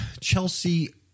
Chelsea